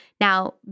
Now